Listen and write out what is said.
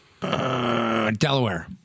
Delaware